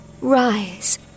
rise